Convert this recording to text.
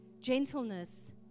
gentleness